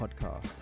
podcast